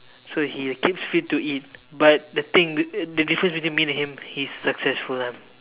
so he keeps fit to eat but the thing the difference between me and him he's successful ah